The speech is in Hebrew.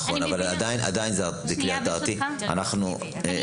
נכון, אבל עדיין זה כלי הרתעתי ואפקטיבי.